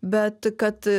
bet kad